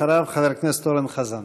אחריו, חבר הכנסת אורן חזן.